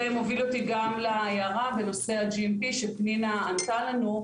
מוביל אותי גם להערה בנושא ה-GMP שפנינה ענתה לנו,